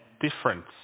difference